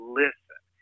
listen